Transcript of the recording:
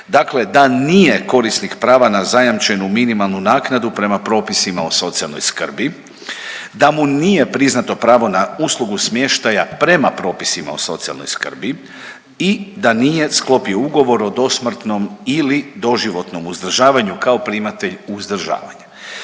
dakle da nije korisnik prava na zajamčenu minimalnu naknadu prema propisima o socijalnoj skrbi, da mu nije priznato pravo na uslugu smještaja prema propisima o socijalnoj skrbi i da nije sklopio ugovor o dosmrtnom ili doživotnom uzdržavanju kao primatelj uzdržavanja.